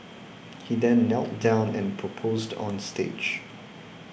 he then knelt down and proposed on stage